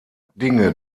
dinge